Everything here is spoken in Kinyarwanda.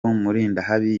murindahabi